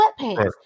sweatpants